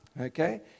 okay